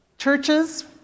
Churches